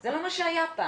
זה לא מה שהיה פעם.